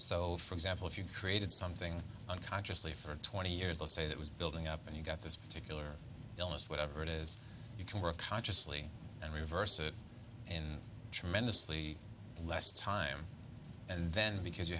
so for example if you created something unconsciously for twenty years let's say that was building up and you got this particular illness whatever it is you can work consciously and reverse it and tremendously in less time and then because you